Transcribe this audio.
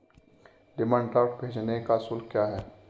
Demand draft भेजने का शुल्क क्या है?